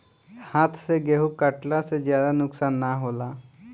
हाथ से गेंहू कटला से ज्यादा नुकसान ना होला